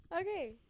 Okay